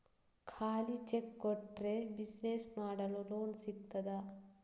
ಖಾಲಿ ಚೆಕ್ ಕೊಟ್ರೆ ಬಿಸಿನೆಸ್ ಮಾಡಲು ಲೋನ್ ಸಿಗ್ತದಾ?